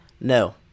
No